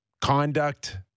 conduct